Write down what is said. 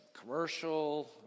commercial